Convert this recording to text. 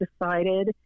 decided